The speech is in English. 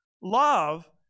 Love